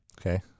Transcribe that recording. Okay